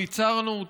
אין מנוס ממנו,